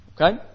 Okay